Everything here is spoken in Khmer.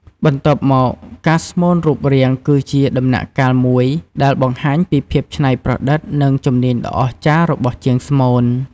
បន្ទាប់មក ការស្មូនរូបរាងគឺជាដំណាក់កាលមួយដែលបង្ហាញពីភាពច្នៃប្រឌិត និងជំនាញដ៏អស្ចារ្យរបស់ជាងស្មូន។